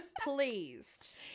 pleased